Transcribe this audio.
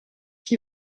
qui